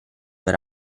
per